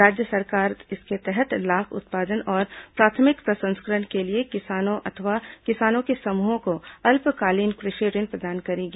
राज्य सरकार इसके तहत लाख उत्पादन और प्राथमिक प्रसंस्करण के लिए किसानों अथवा किसानों के समूहों को अल्पकालीन कृषि ऋण प्रदान करेगी